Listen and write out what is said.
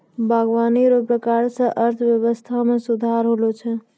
बागवानी रो प्रकार से अर्थव्यबस्था मे सुधार होलो छै